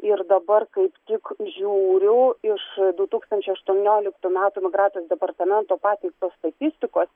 ir dabar kaip tik žiūriu iš du tūkstančiai aštuonioliktų metų migracijos departamento pateiktos statistikos